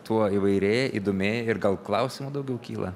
tuo įvairėja įdomėja ir gal klausimų daugiau kyla